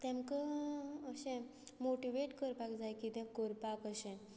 तांकां अशें मोटिवेट करपाक जाय कितें करपाक अशें